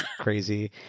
crazy